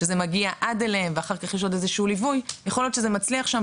שזה מגיע עד אליהן ואחר כך יש עוד ליווי יכול להיות שזה מצליח שם,